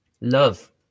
love